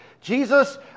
Jesus